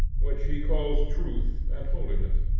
which he calls truth and holiness.